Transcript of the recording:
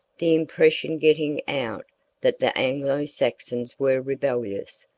the impression getting out that the anglo-saxons were rebellious,